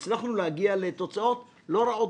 אני לא רוצה ללכת למחוזות האלה,